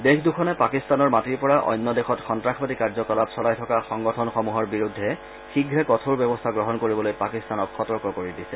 দেশ দুখনে পাকিস্তানৰ মাটিৰ পৰা অন্য দেশত সন্নাসবাদী কাৰ্যকলাপ চলাই থকা সংগঠনসমূহৰ বিৰুদ্ধে শীঘ্ৰে কঠোৰ ব্যৱস্থা গ্ৰহণ কৰিবলৈ পাকিস্তানক সতৰ্ক কৰি দিছে